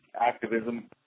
activism